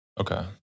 Okay